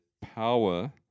power